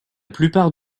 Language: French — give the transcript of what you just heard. plupart